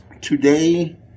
Today